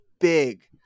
big